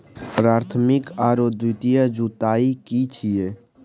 प्राथमिक आरो द्वितीयक जुताई की छिये?